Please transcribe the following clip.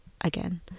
again